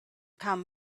come